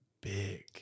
big